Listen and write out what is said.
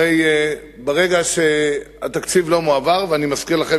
הרי ברגע שהתקציב לא מועבר ואני מזכיר לכם